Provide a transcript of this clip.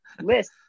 list